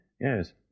Yes